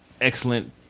excellent